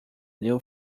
new